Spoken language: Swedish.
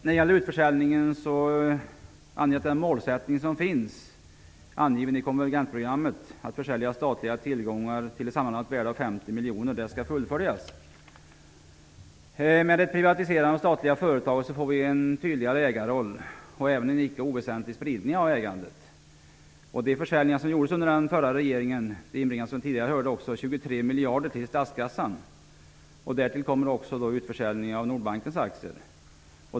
När det gäller utförsäljningen anges den målsättning som finns angiven i konvergensprogrammet, att försäljning av statliga tillgångar till ett sammanlagt värde av 50 miljarder skall fullföljas. Med ett privatiserande av de statliga företagen får vi en tydligare ägarroll och även en icke oväsentlig spridning av ägandet. De försäljningar som gjordes under den förra regeringen inbringade, som vi tidigare hörde, 23 miljarder till statskassan. Därtill kommer utförsäljning av Nordbankens aktier.